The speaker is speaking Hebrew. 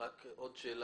עוד שאלה.